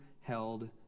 held